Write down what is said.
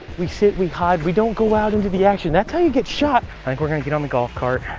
we sit. we hide. we don't go out into the action. that's how you get shot. i think we're going to get on the golf cart.